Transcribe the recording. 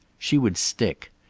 she would stick.